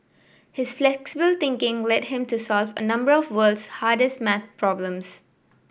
his flexible thinking led him to solve a number of world's hardest maths problems